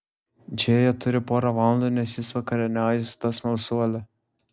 džėja turi porą valandų nes jis vakarieniauja su ta smalsuole